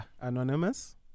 Anonymous